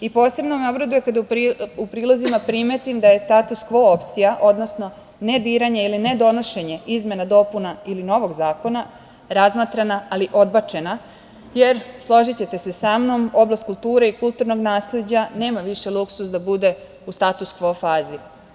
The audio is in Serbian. Posebno me obraduje kada u prilozima primetim da je status kvo opcija, odnosno ne diranje ili ne donošenje izmenama i dopuna ili novog zakona, razmatrana ali odbačena, jer složićete se sa mnom, oblast kulture i kulturnog nasleđa nema više luksuz da bude u status kvo fazi.